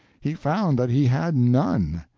he found that he had none.